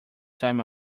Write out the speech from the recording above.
time